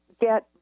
get